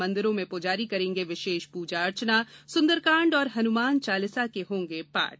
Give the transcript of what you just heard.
मंदिरों में पुजारी करेंगे विशेष पूजा अर्चना सुन्दरकाण्ड और हनुमान चालिसा के होंगे पाठ